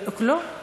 כולנו לא היו אז.